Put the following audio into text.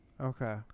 Okay